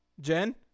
Jen